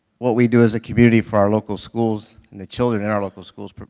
what we do as a community for our local schools and the children in our local schools. but